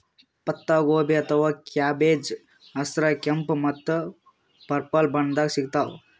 ಪತ್ತಾಗೋಬಿ ಅಥವಾ ಕ್ಯಾಬೆಜ್ ಹಸ್ರ್, ಕೆಂಪ್ ಮತ್ತ್ ಪರ್ಪಲ್ ಬಣ್ಣದಾಗ್ ಸಿಗ್ತಾವ್